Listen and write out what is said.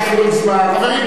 בנפרד, ואז נראה.